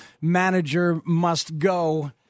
manager-must-go